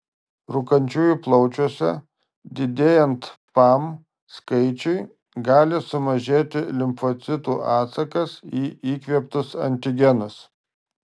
rūkančiųjų plaučiuose didėjant pam skaičiui gali sumažėti limfocitų atsakas į įkvėptus antigenus